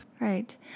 Right